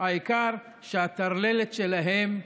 העיקר שהטרללת שלהם תקודם.